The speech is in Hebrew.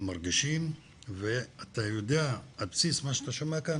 מרגשות ואתה יודע על בסיס מה שאתה שומע כאן